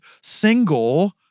Single